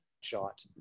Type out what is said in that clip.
shot